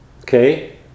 Okay